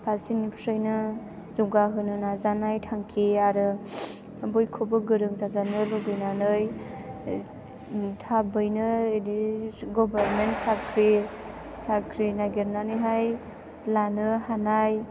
गासैनिफ्रायनो जौगाहोनो नाजानाय थांखि आरो बयखौबो गोरों जाजानो लुबैनानै थाबैनो बिदि गभर्नमेन्ट साख्रि नागिरनानैहाय लानो हानाय